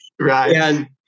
Right